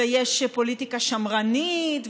ויש פוליטיקה שמרנית,